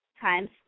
Times